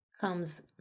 comes